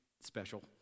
special